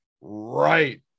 right